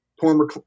former